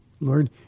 Lord